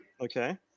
Okay